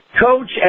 coach